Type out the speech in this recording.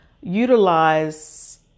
utilize